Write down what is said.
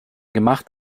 gemacht